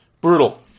brutal